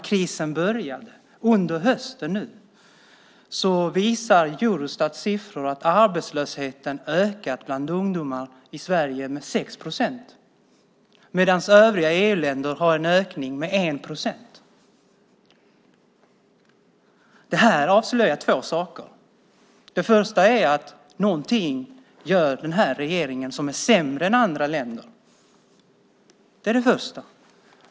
Krisen började i höstas, och Eurostats siffror visar att arbetslösheten har ökat bland ungdomar i Sverige med 6 procent medan övriga EU-länder har en ökning med 1 procent. Det här avslöjar två saker. Det första är att den här regeringen gör någonting som är sämre än vad man gör i andra länder.